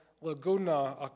Laguna